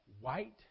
white